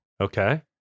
okay